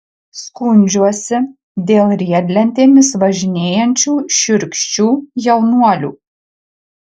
skundžiuosi dėl riedlentėmis važinėjančių šiurkščių jaunuolių